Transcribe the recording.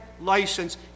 license